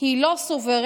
היא לא סוברנית